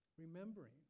Remembering